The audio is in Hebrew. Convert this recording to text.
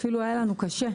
אפילו היה לנו קשה,